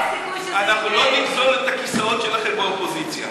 אנחנו לא נגזול את הכיסאות שלכם באופוזיציה.